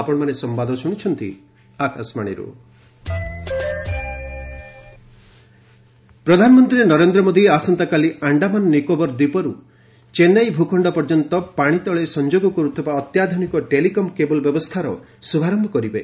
PM submarine telecom ପ୍ରଧାନମନ୍ତ୍ରୀ ନରେନ୍ଦ୍ର ମୋଦି ଆସନ୍ତାକାଲି ଆଣ୍ଡାମାନ୍ ନିକୋବର ଦ୍ୱୀପରୁ ଚେନ୍ନାଇ ଭୂଖଣ୍ଡ ପର୍ଯ୍ୟନ୍ତ ପାଣିତଳେ ସଂଯୋଗ କରୁଥିବା ଅତ୍ୟାଧୁନିକ ଟେଲିକମ୍ କେବୁଲ୍ ବ୍ୟବସ୍ଥାର ଶୁଭାରମ୍ଭ କରିବେ